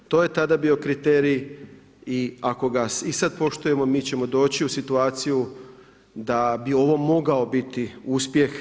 To je tada bio kriterij i ako ga i sad poštujemo mi ćemo doći u situaciju da bi ovo mogao biti uspjeh.